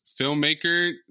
filmmaker